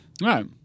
right